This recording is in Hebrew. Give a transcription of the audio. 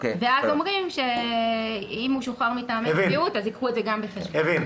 אומרים אז שאם הוא משוחרר מטעמי בריאות ייקחו גם את זה בחשבון.